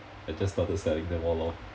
I just started selling them all lor